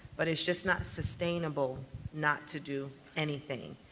but it's just not sustainable not to do anything,